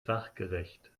sachgerecht